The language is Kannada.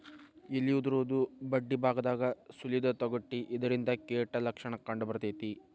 ಎಲಿ ಉದುರುದು ಬಡ್ಡಿಬಾಗದಾಗ ಸುಲಿದ ತೊಗಟಿ ಇದರಿಂದ ಕೇಟ ಲಕ್ಷಣ ಕಂಡಬರ್ತೈತಿ